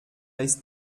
ist